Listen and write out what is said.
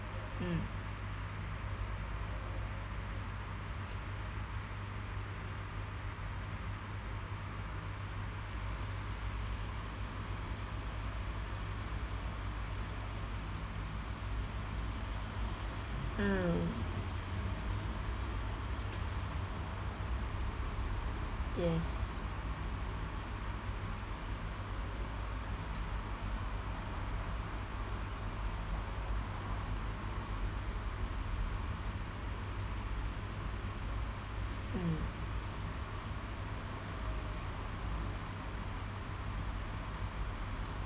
mm mm yes mm